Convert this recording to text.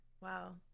Wow